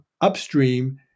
upstream